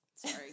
Sorry